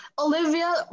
Olivia